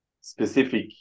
specific